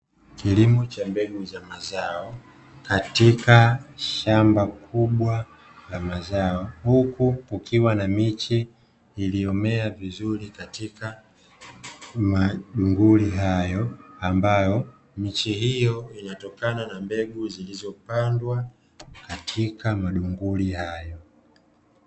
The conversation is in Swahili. Kilimo cha mbegu za mazao katika shamba kubwa la mazao, huku kukiwa na miche iliyomea vizuri katika madunguli ambayo miche hiyo inatokana na mbegu zilizopandwa katika madunguli hayo.